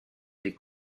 des